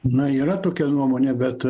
na yra tokia nuomonė bet